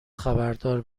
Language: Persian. خبردار